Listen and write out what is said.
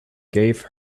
gave